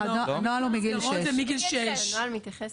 הנוהל מגיל שש.